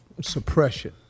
suppression